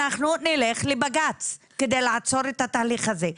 אנחנו נלך לבג"צ כדי לעצור את התהליך הזה.